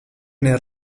nel